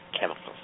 Chemicals